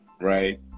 right